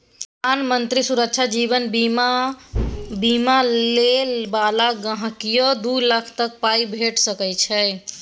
प्रधानमंत्री सुरक्षा जीबन बीमामे बीमा लय बला गांहिकीकेँ दु लाख तक पाइ भेटि सकै छै